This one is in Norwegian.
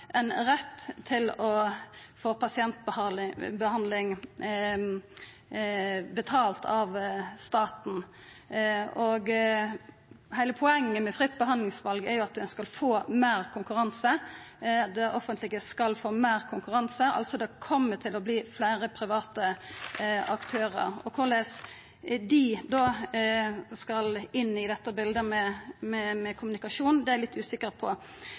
ein rett til å få pasientbehandling betalt av staten. Heile poenget med fritt behandlingsval er jo at ein skal få meir konkurranse, at det offentlege skal få meir konkurranse – det kjem altså til å verta fleire private aktørar. Korleis dei då skal inn i dette bildet med kommunikasjon, er eg litt usikker på.